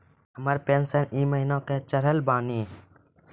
हमर पेंशन ई महीने के चढ़लऽ बानी?